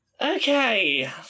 Okay